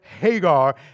Hagar